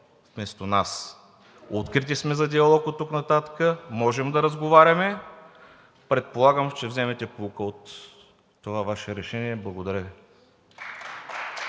вместо нас. Открити сме за диалог оттук нататък, можем да разговаряме. Предполагам ще вземете поука от това Ваше решение. Благодаря Ви.